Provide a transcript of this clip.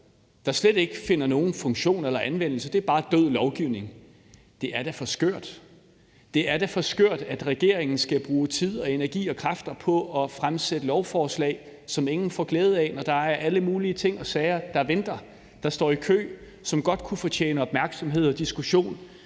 der slet ikke har nogen funktion eller finder anvendelse, er bare død lovgivning, er da for skørt. Det er da for skørt, at regeringen skal bruge tid, energi og kræfter på at fremsætte lovforslag, som ingen får glæde af, når der er alle mulige ting og sager, der venter, der står i kø, og som godt kunne fortjene opmærksomhed og diskussion